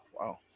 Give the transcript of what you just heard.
wow